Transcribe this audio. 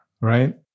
right